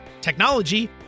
technology